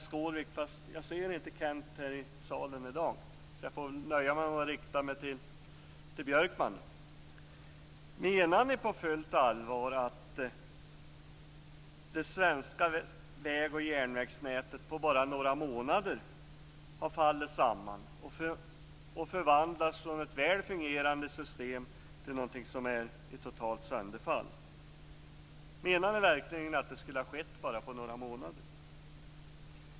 Skårvik, fast jag ser inte Kenth här i salen i dag så jag får väl nöja mig med att rikta mig till Björkman: Menar ni på fullt allvar att det svenska väg och järnvägsnätet på bara några månader har fallit samman och förvandlats från ett väl fungerande system till något som är i totalt sönderfall? Menar ni verkligen att det skulle ha skett bara på några månader?